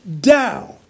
down